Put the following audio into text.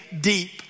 deep